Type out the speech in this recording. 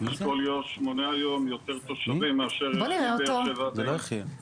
אשכול יו"ש מונה היום יותר תושבים ישראלים מאשר מבאר שבע ועד אילת,